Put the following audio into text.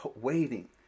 waiting